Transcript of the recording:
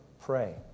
pray